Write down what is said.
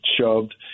shoved